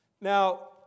Now